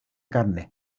carnes